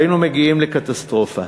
היינו מגיעים לקטסטרופה.